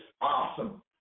awesome